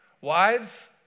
Wives